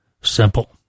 simple